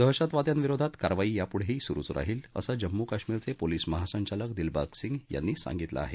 दहशतवाद्यांविरोधात कारवाई यापुढेही सुरुच राहील असं जम्मू कश्मीरचे पोलीस महासंचालक दिलबाग सिंग यांनी सांगितलं आहे